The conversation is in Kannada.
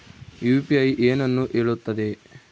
ಯು.ಪಿ.ಐ ಏನನ್ನು ಹೇಳುತ್ತದೆ?